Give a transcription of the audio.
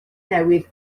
newydd